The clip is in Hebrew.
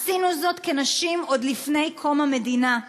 עשינו זאת כנשים עוד לפני קום המדינה,